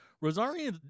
Rosario